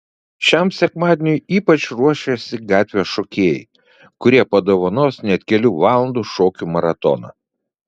šiam sekmadieniui ypač ruošiasi gatvės šokėjai kurie padovanos net kelių valandų šokių maratoną